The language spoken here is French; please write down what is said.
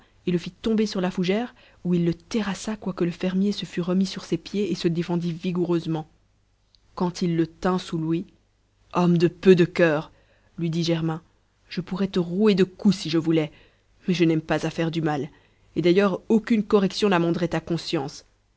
et le fit tomber sur la fougère où il le terrassa quoique le fermier se fût remis sur ses pieds et se défendît vigoureusement quand il le tint sous lui homme de peu de cur lui dit germain je pourrais te rouer de coups si je voulais mais je n'aime pas à faire du mal et d'ailleurs aucune correction n'amenderait ta conscience